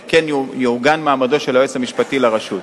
וכן יעוגן מעמדו של היועץ המשפטי לרשות.